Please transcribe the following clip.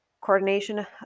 Coordination